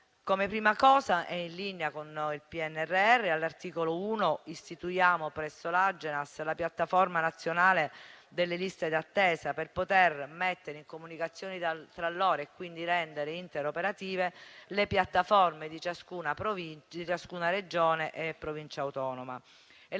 Come prima cosa e in linea con il PNRR, all'articolo 1 istituiamo presso l'Agenas la piattaforma nazionale delle liste d'attesa, per poter mettere in comunicazione tra loro e quindi rendere interoperative le piattaforme di ciascuna Regione e Provincia autonoma.